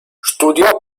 studiò